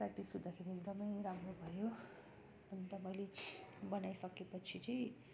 practice हुँदाखेरि एकदम राम्रो भयो अन्त मैले बनाइसके पछि चाहिँ